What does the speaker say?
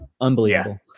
Unbelievable